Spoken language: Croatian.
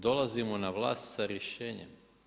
Dolazimo na vlast sa rješenjem.